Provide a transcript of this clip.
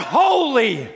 holy